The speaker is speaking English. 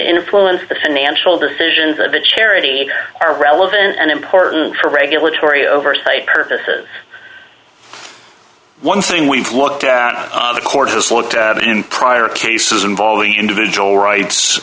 influence the financial decisions of a charity or are relevant and important for regulatory oversight purposes one thing we've looked at of course is looked at in prior cases involving individual rights